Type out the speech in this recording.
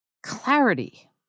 Clarity